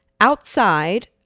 outside